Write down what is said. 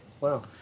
Wow